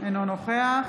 אינו נוכח